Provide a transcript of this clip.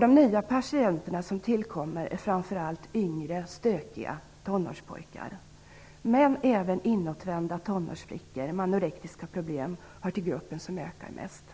De nya patienter som tillkommer är framför allt yngre, stökiga tonårspojkar, men även inåtvända tonårsflickor med anorektiska problem hör till gruppen som ökar mest.